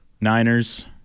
Niners